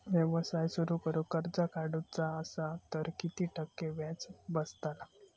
व्यवसाय सुरु करूक कर्ज काढूचा असा तर किती टक्के व्याज बसतला?